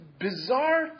bizarre